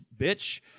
bitch